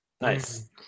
Nice